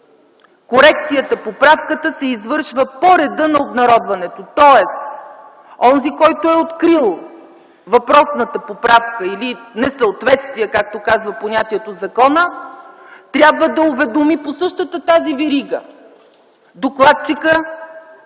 корекцията (поправката) се извършва по реда на обнародването”. Тоест онзи, който е открил въпросната поправка или несъответствие, както казва понятието в закона, трябва да уведоми по същата тази верига докладчика,